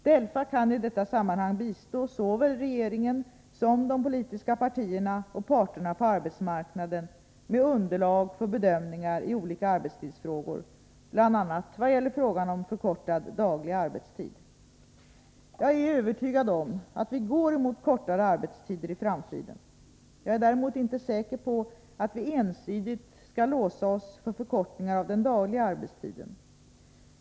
DELFA kan i detta sammanhang bistå såväl regeringen som de politiska partierna och parterna på arbetsmarknaden med underlag för bedömningar i olika arbetstidsfrågor, bl.a. vad gäller frågan om förkortad daglig arbetstid. Jag är övertygad om att vi går mot kortare arbetstider i framtiden. Jag är däremot inte säker på att vi ensidigt skall låsa oss för förkortningar av den dagliga arbetstiden.